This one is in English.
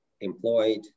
employed